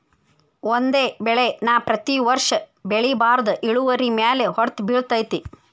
ಒಂದೇ ಬೆಳೆ ನಾ ಪ್ರತಿ ವರ್ಷ ಬೆಳಿಬಾರ್ದ ಇಳುವರಿಮ್ಯಾಲ ಹೊಡ್ತ ಬಿಳತೈತಿ